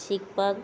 शिकपाक